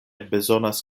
bezonas